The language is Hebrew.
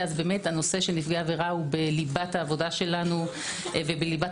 הנושא של נפגעי עבירה בליבת העבודה שלנו ובליבת